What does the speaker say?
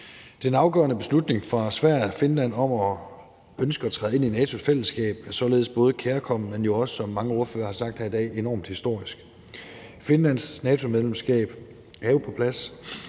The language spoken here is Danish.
Den afgørende beslutning for Sverige og Finland om at ønske at træde ind i NATO's fællesskab er således både kærkommen, men jo også, som mange ordførere har sagt her i dag, enormt historisk. Finlands NATO-medlemskab er på plads,